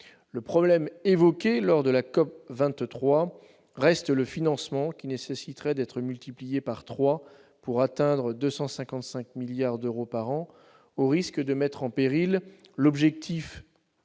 Le problème évoqué lors de la COP23 reste le financement, qui nécessiterait d'être multiplié par trois, pour atteindre 255 milliards d'euros par an, faute de quoi serait mis en péril l'objectif